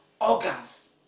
organs